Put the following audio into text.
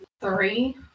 three